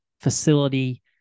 facility